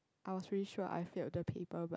I was really sure I failed the paper but